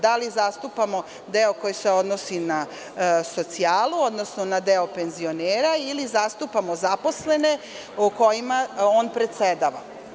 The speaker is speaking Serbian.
Da li zastupamo deo koji se odnosi na socijalu, odnosno na deo penzionera ili zastupamo zaposlene kojima on predsedava.